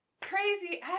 crazy